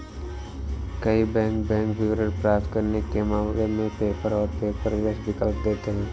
कई bank bank विवरण प्राप्त करने के मामले में पेपर और पेपरलेस विकल्प देते हैं